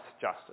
justice